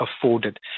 afforded